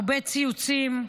הרבה ציוצים,